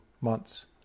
months